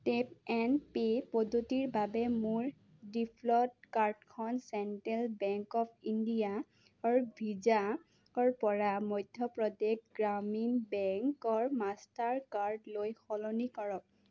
tap and pay পদ্ধতিৰ বাবে মোৰ ডিফ'ল্ট কাৰ্ডখন চেণ্ট্ৰেল বেংক অৱ ইণ্ডিয়াৰ ভিছাৰ পৰা মধ্য প্ৰদেশ গ্ৰামীণ বেংকৰ মাষ্টাৰ কাৰ্ডলৈ সলনি কৰক